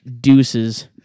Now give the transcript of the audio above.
Deuces